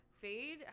Fade